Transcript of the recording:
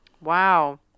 Wow